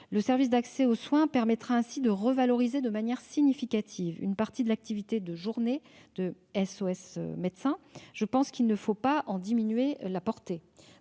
Les services d'accès aux soins permettront ainsi de revaloriser de manière significative une partie de l'activité de journée de SOS médecins. Je pense qu'il ne faut pas en diminuer la portée.